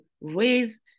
raise